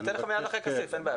אני אתן לך מיד אחרי כסיף, אין בעיה.